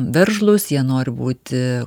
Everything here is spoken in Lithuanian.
veržlūs jie nori būti